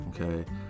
Okay